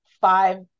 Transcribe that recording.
five